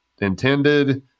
intended